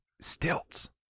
stilts